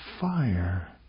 fire